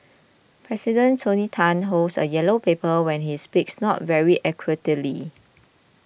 President Tony Tan holds a yellow paper when he speaks not very eloquently